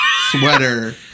sweater